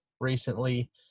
recently